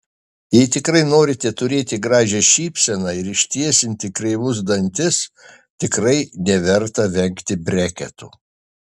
jei tikrai norite turėti gražią šypseną ir ištiesinti kreivus dantis tikrai neverta vengti breketų